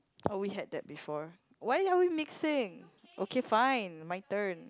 oh we had that before why are we mixing okay fine my turn